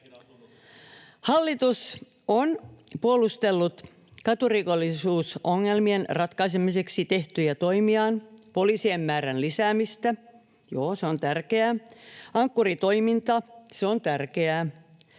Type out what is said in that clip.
Hallitus on puolustellut katurikollisuusongelmien ratkaisemiseksi tehtyjä toimia, poliisien määrän lisäämistä — joo, se on tärkeää.